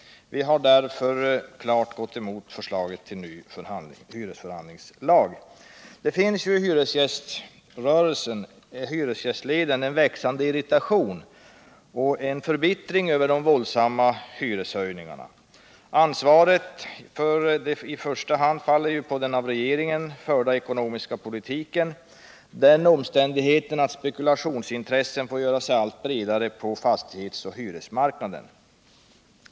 Vi har därför klart gått emot förslaget till ny hyresförhandlingslag. Det finns ju i hyresgästleden en växande irritation och en förbittring över de våldsamma hyreshöjningarna. Ansvaret faller i första hand på den av regeringen förda ekonomiska politiken, som leder till att spekulationsintressen får göra sig allt bredare på fastighets och hyresmarknaden.